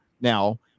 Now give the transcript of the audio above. now